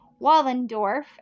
Wallendorf